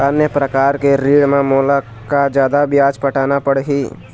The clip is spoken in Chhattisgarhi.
अन्य प्रकार के ऋण म मोला का जादा ब्याज पटाना पड़ही?